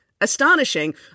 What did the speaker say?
astonishing